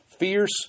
fierce